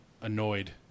annoyed